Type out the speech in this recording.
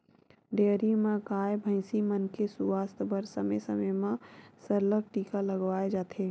dairy म गाय, भइसी मन के सुवास्थ बर समे समे म सरलग टीका लगवाए जाथे